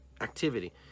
activity